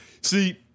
See